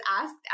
asked